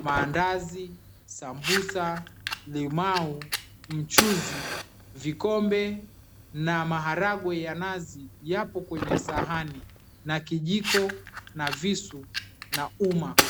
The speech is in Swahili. mandazi, sambusa, limau, mchuzi, vikombe na maharangwe ya nazi yapo kwenye sahani na kijiko na visu na uma.